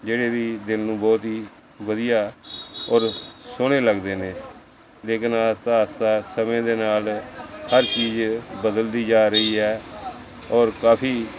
ਜਿਹੜੇ ਵੀ ਦਿਲ ਨੂੰ ਬਹੁਤ ਹੀ ਵਧੀਆ ਔਰ ਸੋਹਣੇ ਲੱਗਦੇ ਨੇ ਲੇਕਿਨ ਆਇਸਤਾ ਆਸਤਾ ਸਮੇਂ ਦੇ ਨਾਲ ਹਰ ਚੀਜ਼ ਬਦਲਦੀ ਜਾ ਰਹੀ ਹੈ ਔਰ ਕਾਫੀ